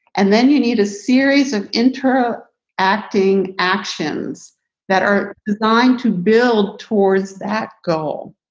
and then you need a series of inter acting actions that are designed to build towards that goal.